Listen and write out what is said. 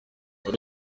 buri